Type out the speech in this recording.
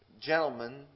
gentlemen